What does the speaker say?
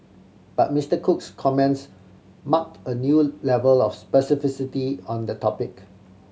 but Mister Cook's comments marked a new level of specificity on the topic